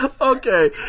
okay